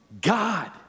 God